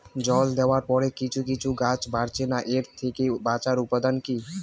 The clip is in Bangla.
জল দেওয়ার পরে কিছু কিছু গাছ বাড়ছে না এর থেকে বাঁচার উপাদান কী?